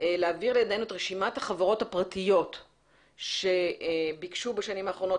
להעביר לידינו את רשימת החברות הפרטיות שביקשו בשנים האחרונות